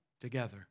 together